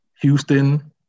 Houston